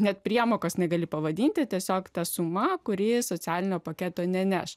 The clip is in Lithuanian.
net priemokos negali pavadinti tiesiog tą sumą kūrėjai socialinio paketo neneš